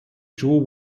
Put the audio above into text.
joe